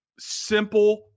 simple